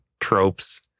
tropes